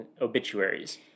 obituaries